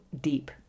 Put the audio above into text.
deep